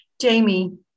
Jamie